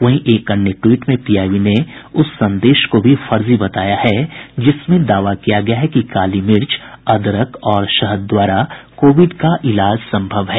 वहीं एक अन्य ट्वीट में पीआईबी ने उस संदेश को भी फर्जी बताया है जिसमें दावा किया गया है कि काली मिर्च अदरक और शहद द्वारा कोविड का इलाज सम्भव है